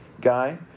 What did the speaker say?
guy